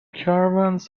caravans